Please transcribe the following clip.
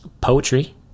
poetry